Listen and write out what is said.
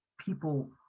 people